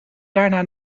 daarna